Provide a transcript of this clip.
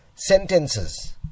sentences